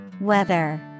Weather